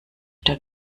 der